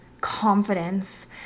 confidence